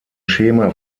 schema